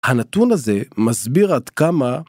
הנתון הזה מסביר עד כמה